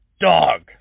dog